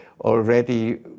already